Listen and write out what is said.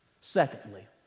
Secondly